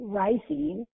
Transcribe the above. rising